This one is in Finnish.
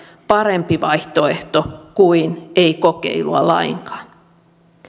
parempi vaihtoehto kuin ei kokeilua lainkaan